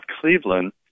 Cleveland